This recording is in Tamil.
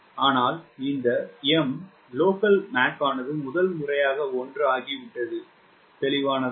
ஆனால் இந்த M உள்ளூர் மாக் ஆனது முதல் முறையாக 1 ஆகிவிட்டது தெளிவானதா